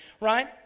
right